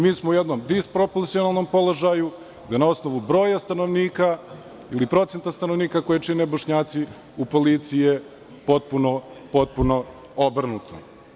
Mi smo na jednom dispropocionalnom položaju, gde na osnovu broja stanovnika ili procenta stanovnika, koji čine Bošnjaci, u policiji je potpuno obrnuto.